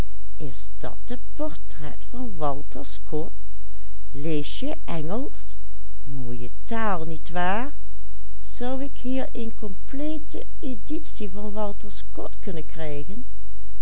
scott kunnen krijgen